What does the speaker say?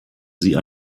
sie